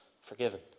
forgiven